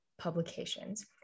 publications